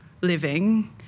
living